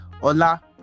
hola